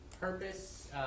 purpose